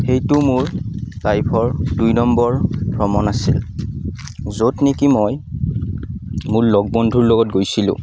সেইটো মোৰ লাইফৰ দুই নম্বৰ ভ্ৰমণ আছিল য'ত নেকি মই মোৰ লগ বন্ধুৰ লগত গৈছিলোঁ